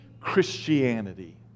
Christianity